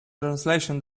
translation